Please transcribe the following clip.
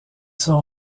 sont